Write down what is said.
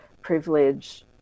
privilege